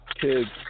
kids